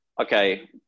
Okay